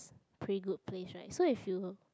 pretty good place right so if you